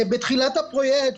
בתחילת הפרויקט,